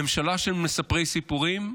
ממשלה של מספרי סיפורים,